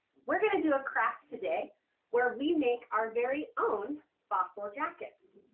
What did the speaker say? we're going to do a craft today where we make our very own fossil jackets.